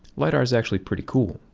lidar is actually pretty cool.